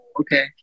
Okay